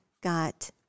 got